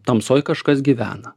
tamsoj kažkas gyvena